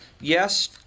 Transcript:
yes